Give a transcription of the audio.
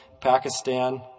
Pakistan